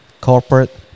corporate